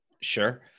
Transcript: Sure